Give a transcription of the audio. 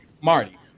Marty